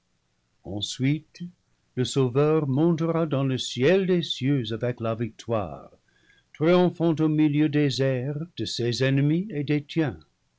ensuite le sauveur montera dans le ciel des cieux avec la le paradis perdu victoire triomphant au milieu des airs de ses ennemis et des tiens